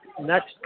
next